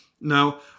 Now